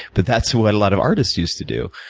but that's what a lot of artists used to do.